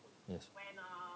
yes